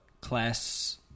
class